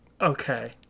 Okay